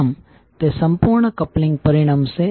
આમ તે સંપૂર્ણ કપલિંગ પરિણમશે